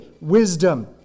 wisdom